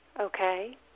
Okay